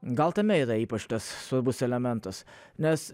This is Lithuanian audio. gal tame yra ypač svarbus elementas nes